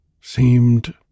seemed